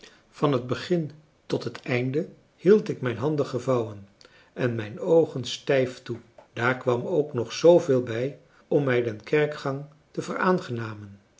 van het begin tot het einde hield ik mijn handen gevouwen en mijn oogen stijf toe daar kwam ook nog zooveel bij om mij den kerkgang te